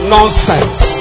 Nonsense